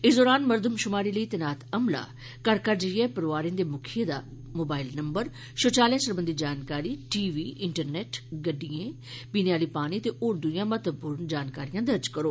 इस दौरान मरदमशुमारी लेई तैनात अमला घर घर जाइयै परोआर दे मुखिया दा मोबाईल नम्बर शौचालयें सरबंधी जानकारी टीवी इंटरनेट गड्डियें पीने आह्ले पानी ते होर दुइयां महत्वपूर्ण जानकारियां दर्ज करोग